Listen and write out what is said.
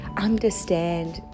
understand